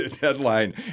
deadline